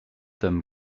them